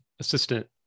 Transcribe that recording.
assistant